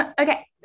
Okay